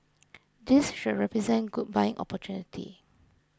this should represent good buying opportunity